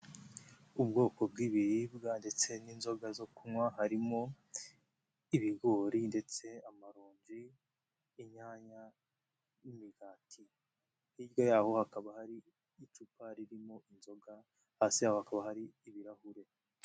Ubwoko bw'ibiribwa ndetse n'inzoga zo kunywa, harimo ibigori ndetse amarongi, inyanya n'imigati, hirya yaho hakaba hari icupa ririmo inzoga, hasi yaho hakaba hari ibirahure.